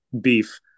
beef